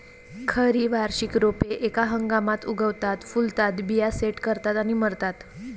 खरी वार्षिक रोपे एका हंगामात उगवतात, फुलतात, बिया सेट करतात आणि मरतात